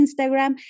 Instagram